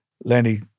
Lenny